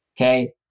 Okay